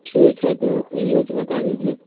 ठीक है तो यह तो बता दीजिए